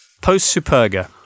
Post-Superga